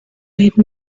made